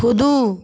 कुदू